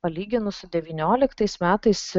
palyginus su devynioliktais metais